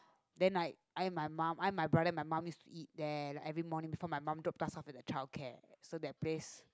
then like I and my mum I and my brother my mum used to eat there like every morning for my mum drop custom for the childcare so that place